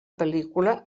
pel·lícula